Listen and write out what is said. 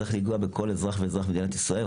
זה צריך לנגוע בכל אזרח ואזרח במדינת ישראל,